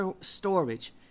storage